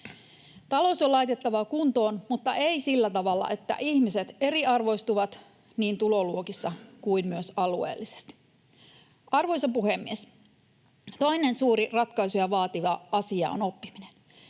Talous on laitettava kuntoon, mutta ei sillä tavalla, että ihmiset eriarvoistuvat niin tuloluokissa kuin myös alueellisesti. Arvoisa puhemies! Toinen suuri ratkaisuja vaativa asia on oppiminen.